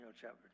chapter